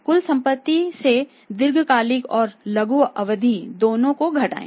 कुल संपत्ति से दीर्घकालिक और लघु अवधि दोनों को घटाएं